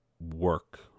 work